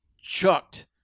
chucked